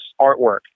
artwork